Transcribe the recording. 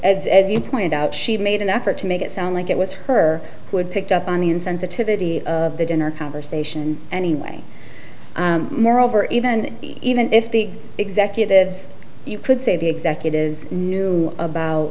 has as you pointed out she made an effort to make it sound like it was her who had picked up on the insensitivity of the dinner conversation anyway moreover even even if the executives you could say the executives knew about